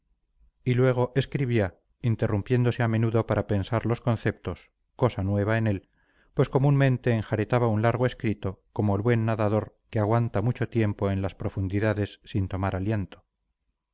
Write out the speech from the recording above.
y luego escribía interrumpiéndose a menudo para pensar los conceptos cosa nueva en él pues comúnmente enjaretaba un largo escrito como el buen nadador que aguanta mucho tiempo en las profundidades sin tomar aliento